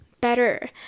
better